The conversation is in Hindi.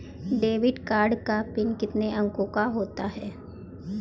डेबिट कार्ड का पिन कितने अंकों का होता है?